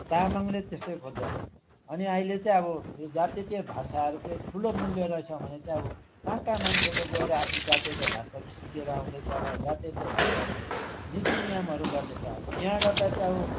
तामाङले त्यस्तै खोज्दैछ अनि अहिले चाहिँ अब यो जातीय भाषाहरू चाहिँ ठुलो मूल्य रहेछ भने चाहिँ अब कहाँ कहाँ मान्छेले गएर आफ्नो जातीय भाषाहरू सिकेर आउँदैछ र जातीय भाषाको नीति नियमहरू गर्दैछ अब बिहा गर्दा चाहिँ अब